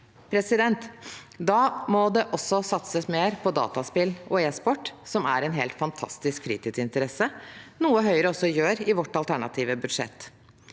aktiviteter. Da må det også satses mer på dataspill og e-sport, som er en helt fantastisk fritidsinteresse, noe vi i Høyre også gjør i vårt alternative budsjett.